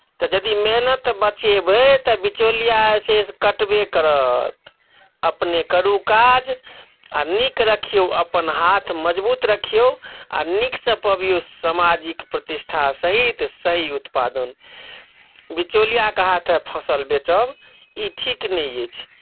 तऽ यदि मेहनत बचेबै तऽ बिचौलिआ जे छै से कटबे करत अपने करू काज आ नीक रखियौ अपन हाथ मजबूत रखियौ आ नीकसँ पबियौ सामाजिक प्रतिष्ठा सहित सही उत्पादन बिचौलिआके हाथे फसल बेचब ई ठीक नहि अछि